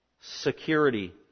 security